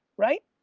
right?